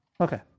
Okay